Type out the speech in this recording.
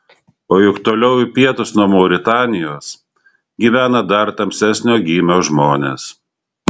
o juk toliau į pietus nuo mauritanijos gyvena dar tamsesnio gymio žmonės